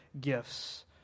gifts